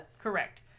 Correct